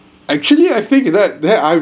actually I think that there are